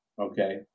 Okay